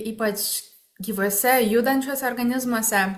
ypač gyvuose judančiuose organizmuose